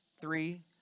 three